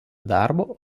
darbo